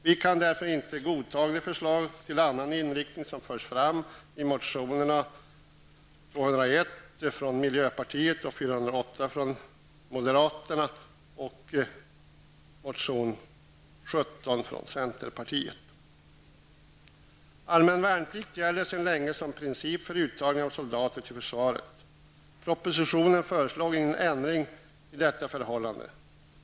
Vi kan därför inte godta de förslag till annan inriktning som förs fram i motionerna Fö201 från miljöpartiet, Fö408 från moderaterna och Fö17 Allmän värnplikt gäller sedan länge som princip för uttagning av soldater till försvaret. Propositionen föreslår ingen ändring av detta förhållande.